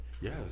Yes